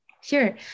Sure